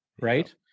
right